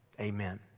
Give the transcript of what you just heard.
amen